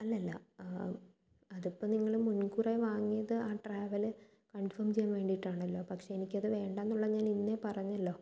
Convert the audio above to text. അല്ലല്ല അത് ഇപ്പോൾ നിങ്ങള് മുൻകൂറായി വാങ്ങിയത് ആ ട്രാവല് കൺഫോം ചെയ്യാൻ വേണ്ടിയിട്ടാണല്ലോ പക്ഷേ എനിക്കത് വേണ്ട എന്നുള്ളത് ഞാൻ ഇന്നേ പറഞ്ഞല്ലോ